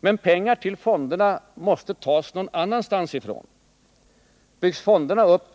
Men pengar till fonderna måste tas någon annanstans ifrån. Byggs fonderna upp